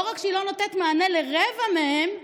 לא רק שהיא לא נותנת מענה לרבע מהם,